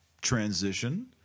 transition